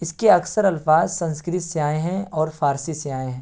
اس کے اکثر الفاظ سنسکرت سے آئے ہیں اور فارسی سے آئے ہیں